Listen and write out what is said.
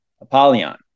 Apollyon